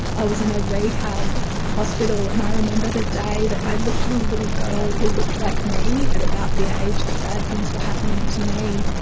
i was in a rehab hospital, and i remember the day that i looked at a little girl who looked like me at about the age that bad things were happening to me,